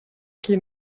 qui